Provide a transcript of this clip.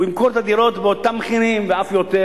הוא ימכור את הדירות באותם מחירים ואף יותר,